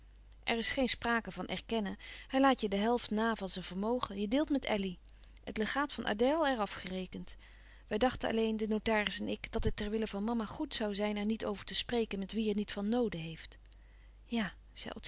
er is geen sprake van erkennen hij laat je de helft na van zijn vermogen je deelt met elly het legaat van adèle er af gerekend wij dachten alleen de notaris en ik dat het ter wille van mama goed zoû zijn er niet over te spreken met wie er niet van noode heeft ja zei